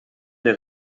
des